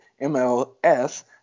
MLS